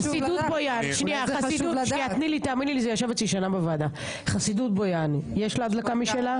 חסידות בויאן, יש לה הדלקה משלה?